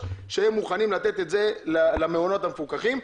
שהם מוכנים לתת את זה למעונות המפוקחים,